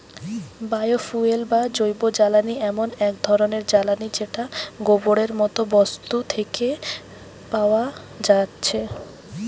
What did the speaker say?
bio fuel বা জৈবজ্বালানি এমন এক ধরণের জ্বালানী যেটা গোবরের মতো বস্তু থিকে পায়া যাচ্ছে